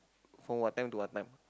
from what time to what time